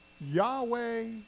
Yahweh